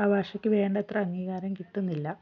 ആ ഭാഷയ്ക്ക് വേണ്ടത്ര അംഗീകാരം കിട്ടുന്നില്ല